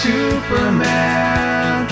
Superman